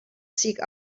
seek